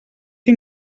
que